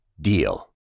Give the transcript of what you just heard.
DEAL